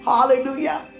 Hallelujah